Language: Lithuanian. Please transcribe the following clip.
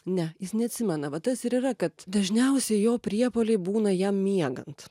ne jis neatsimena va tas ir yra kad dažniausiai jo priepuoliai būna jam miegant